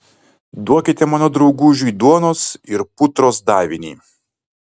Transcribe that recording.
duokite mano draugužiui duonos ir putros davinį